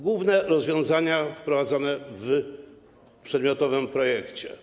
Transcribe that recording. Główne rozwiązania wprowadzone w przedmiotowym projekcie.